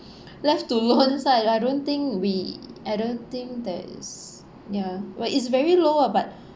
left to loan right I don't think we I don't think that is ya what is very low ah but